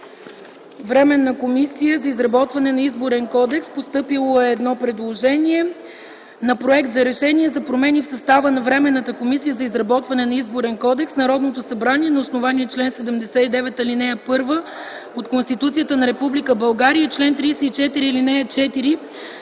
Временната комисия за изработване на Изборен кодекс. Постъпил е проект за Решение за промени в състава на Временната комисия за изработване на Изборен кодекс. „Народното събрание на основание чл. 79, ал. 1 от Конституцията на Република България и чл. 34, ал. 4